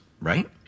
right